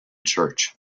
church